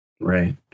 Right